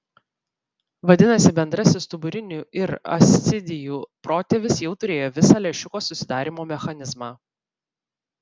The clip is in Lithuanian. vadinasi bendrasis stuburinių ir ascidijų protėvis jau turėjo visą lęšiuko susidarymo mechanizmą